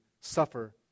suffer